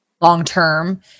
long-term